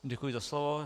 Děkuji za slovo.